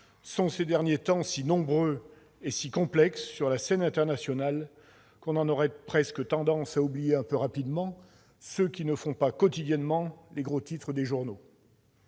sont, ces derniers temps, si nombreux et si complexes sur la scène internationale qu'on en aurait presque tendance à oublier un peu rapidement ceux qui ne font pas quotidiennement les gros titres des journaux.